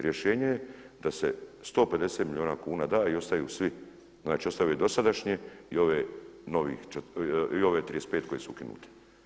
Rješenje je da se 150 milijuna kuna da i ostaju svi, znači ostave dosadašnje i ove nove 35 koje su ukinute.